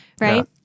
right